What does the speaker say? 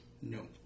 No